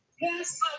Yes